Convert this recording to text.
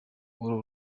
uru